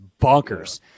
bonkers